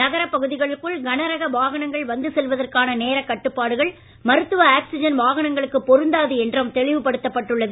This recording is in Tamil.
நகரப் பகுதிகளுக்குள் கனரக வாகனங்கள் வந்து செல்வதற்கான நேரக் கட்டுப்பாடுகள் மருத்துவ ஆக்ஸிஜன் வாகனங்களுக்குப் பொருந்தாது என்றும் தெளிவுபடுத்தப் பட்டுள்ளது